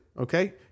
Okay